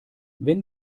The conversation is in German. wenn